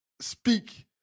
speak